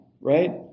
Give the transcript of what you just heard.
right